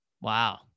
Wow